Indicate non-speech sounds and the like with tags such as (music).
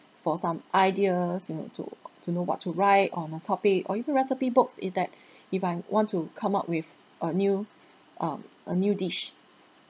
for some ideas you know to to know what to write on a topic or even recipe books it that (breath) if I want to come up with a new um a new dish